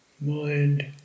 Mind